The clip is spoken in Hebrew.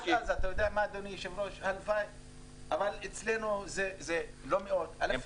אבל אצלנו זה לא מאות, זה אלפים.